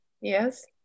Yes